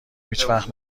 هیچوقت